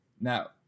Now